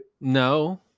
No